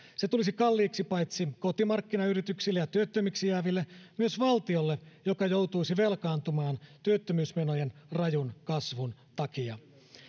se tulisi kalliiksi paitsi kotimarkkinayrityksille ja työttömiksi jääville myös valtiolle joka joutuisi velkaantumaan työttömyysmenojen rajun kasvun takia